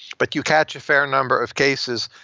but you catch a fair number of cases,